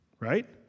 right